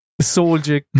Soldier